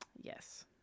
Yes